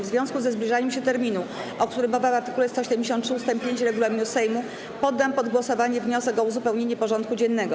W związku ze zbliżaniem się terminu, o którym mowa w art. 173 ust. 5 regulaminu Sejmu, poddam pod głosowanie wniosek o uzupełnienie porządku dziennego.